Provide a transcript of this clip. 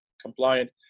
compliant